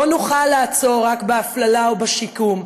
לא נוכל לעצור רק בהפללה ובשיקום,